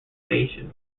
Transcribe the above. station